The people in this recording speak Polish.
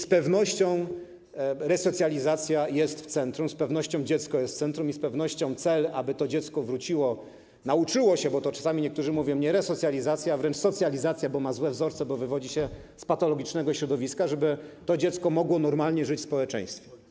Z pewnością resocjalizacja jest w centrum, z pewnością dziecko jest w centrum i z pewnością jest cel, aby to dziecko wróciło, nauczyło się - bo niektórzy nie mówią o resocjalizacji, a wręcz o socjalizacji, bo miało złe wzorce, bo wywodzi się z patologicznego środowiska - żeby mogło normalnie żyć w społeczeństwie.